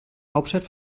hauptstadt